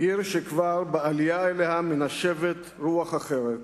עיר שכבר בעלייה אליה מנשבת רוח אחרת,